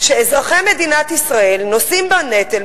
כשאזרחי מדינת ישראל נושאים בנטל,